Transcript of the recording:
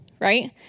right